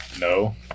No